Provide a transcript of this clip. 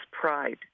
pride